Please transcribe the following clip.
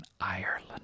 Ireland